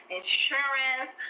insurance